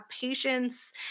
patience